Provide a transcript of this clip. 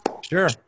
Sure